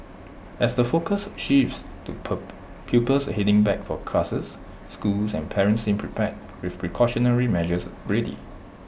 as the focus shifts to per pupils heading back for classes schools and parents seem prepared with precautionary measures ready